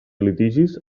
litigis